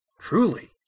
Truly